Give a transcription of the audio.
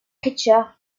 richter